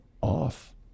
off